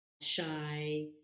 shy